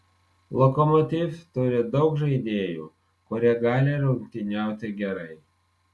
lokomotiv turi daug žaidėjų kurie gali rungtyniauti gerai